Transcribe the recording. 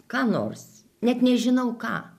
ką nors net nežinau ką